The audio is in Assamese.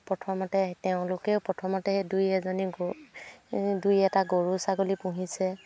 প্ৰথমতে তেওঁলোকেও প্ৰথমতে দুই এজনী দুই এটা গৰু ছাগলী পুহিছে